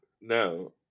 No